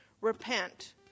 repent